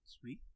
Sweet